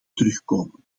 terugkomen